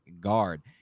guard